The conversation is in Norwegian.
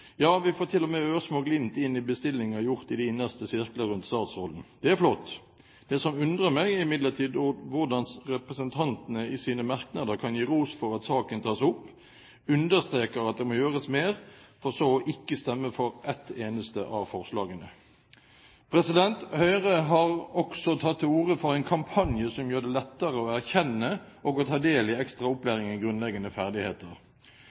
ja, vi får til og med ørsmå glimt inn i bestillinger gjort i de innerste sirkler rundt statsråden. Det er flott. Det som undrer meg, er imidlertid hvordan representantene i sine merknader kan gi ros for at saken tas opp, understreke at det må gjøres mer, for så ikke å stemme for et eneste av forslagene. Høyre har også tatt til orde for en kampanje som gjør det lettere å erkjenne og ta del i ekstra opplæring i grunnleggende ferdigheter.